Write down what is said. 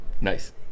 Nice